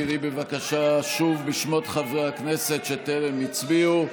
קראי בבקשה שוב בשמות חברי הכנסת שטרם הצביעו.